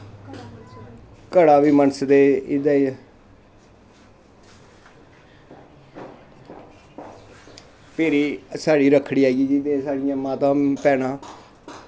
घड़ा बी मनसदे एह्दै च फ्ही साढ़ी रक्खड़ी आई जंदी ते साढ़ियां माता भैनां